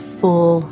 full